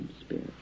Spirit